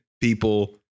people